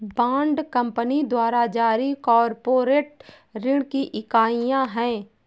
bond company द्वारा जारी corporate ऋण की इकाइयां हैं